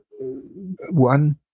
one